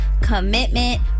commitment